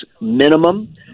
minimum